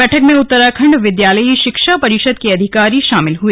बैठक में उत्तराखण्ड विद्यालयी शिक्षा परिषद के अधिकारी शामिल हुए